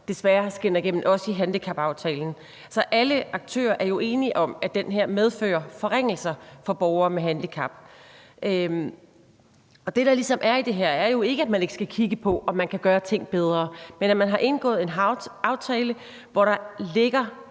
desværre skinner igennem, også i handicapaftalen. Alle aktører er jo enige om, at den her medfører forringelser for borgere med handicap. Og det, der ligesom er i det her, er jo ikke, at man ikke skal kigge på, om man kan gøre ting bedre, men at man har indgået en aftale, hvori der ligger